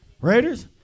Raiders